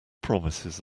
promises